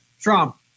Trump